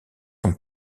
sont